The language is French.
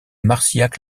marcillac